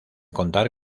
contar